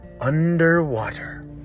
underwater